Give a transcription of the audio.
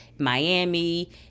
Miami